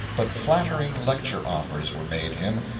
but flattering lecture offers were made him,